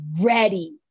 ready